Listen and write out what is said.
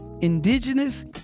indigenous